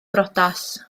briodas